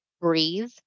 breathe